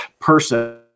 person